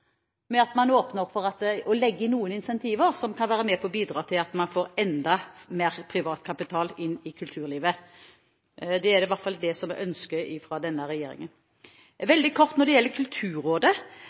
at man åpner for å legge inn noen incentiver som kan være med på å bidra til at man får enda mer privat kapital inn i kulturlivet. Det er i hvert fall det som er ønsket fra denne regjeringen.